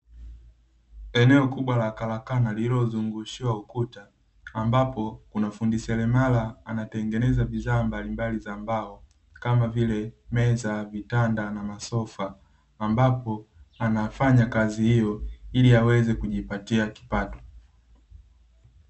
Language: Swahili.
Eneo kubwa la karakana lililozungushiwa ukuta, ambapo kuna fundi seremala anatengeneza bidhaa mbalimbali za mbao, kama vile: meza, vitanda na masofa. Ambapo anafanya kazi hiyo ili aweze kujipatia kipato.